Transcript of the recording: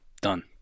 done